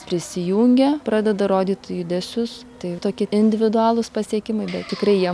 prisijungia pradeda rodyt judesius tai tokie individualūs pasiekimai bet tikrai jie